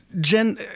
Jen